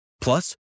Plus